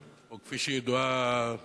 או כפי שהיא ידועה